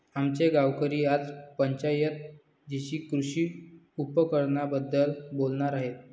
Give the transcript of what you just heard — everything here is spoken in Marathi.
आमचे गावकरी आज पंचायत जीशी कृषी उपकरणांबद्दल बोलणार आहेत